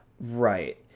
right